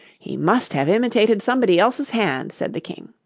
he must have imitated somebody else's hand said the king.